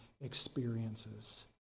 experiences